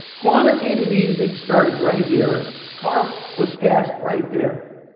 quantitative easing started right here, tarp was passed right there.